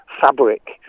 fabric